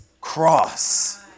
cross